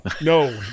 No